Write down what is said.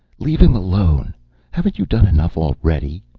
leave him alone! haven't you done enough already?